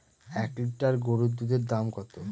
এক লিটার গরুর দুধের দাম কত?